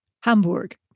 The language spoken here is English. Hamburg